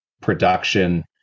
production